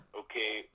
okay